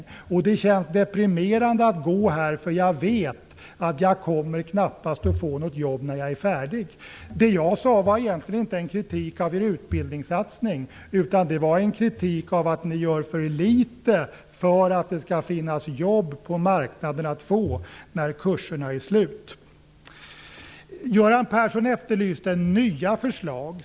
Människor tycker att det känns deprimerande att delta i kurserna, därför att de vet att de knappast kommer att få något jobb när de är färdiga. Vad jag framförde var egentligen inte någon kritik mot Socialdemokraternas utbildningssatsning, utan en kritik mot att för litet görs för att det skall finnas jobb att få på marknaden när kurserna är slut. Göran Persson efterlyser nya förslag.